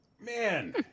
Man